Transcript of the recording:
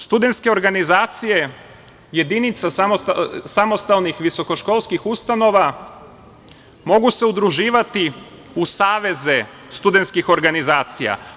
Studentske organizacije, jedinica samostalnih visokoškolskih ustanova mogu se udruživati u saveze studentskih organizacija.